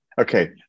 Okay